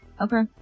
Okay